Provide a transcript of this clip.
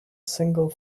single